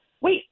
wait